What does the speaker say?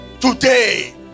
Today